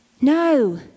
No